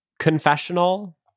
Confessional